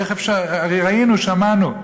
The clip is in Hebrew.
איך אפשר, הרי ראינו, שמענו.